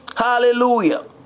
Hallelujah